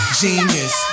genius